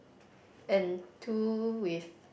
and two with